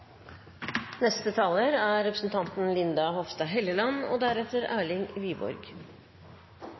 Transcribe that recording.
Neste taler er representanten